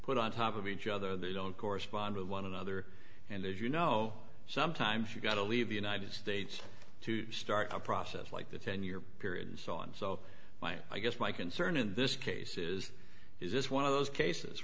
put on top of each other they don't correspond with one another and as you know sometimes you've got to leave the united states to start a process like the ten year period and so on so i guess my concern in this case is is this one of those cases